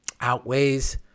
outweighs